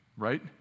right